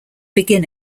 begin